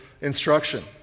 instruction